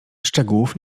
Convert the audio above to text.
szczegółów